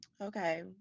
okay